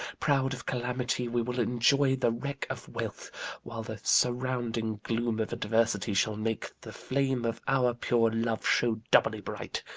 proud of calamity, we will enjoy the wreck of wealth while the surrounding gloom of adversity shall make the flame of our pure love show doubly bright.